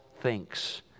thinks